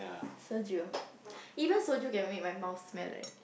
Soju even Soju can make my mouth smell right